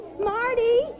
Marty